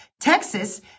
Texas